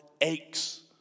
aches